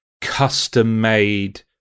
custom-made